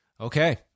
Okay